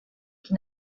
qui